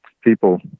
people